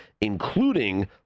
including